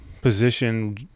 position